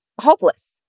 hopeless